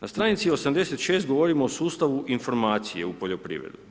Na stranici 86. govorimo o sustavu informacija u poljoprivredi.